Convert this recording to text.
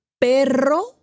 perro